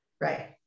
right